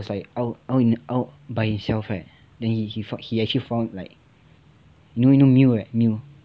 was like out out out by himself right then he he actually found like you know you know mew right mew